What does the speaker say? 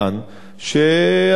שהנשיא פרס,